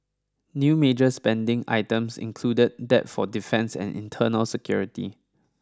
new major spending items included that for defence and internal security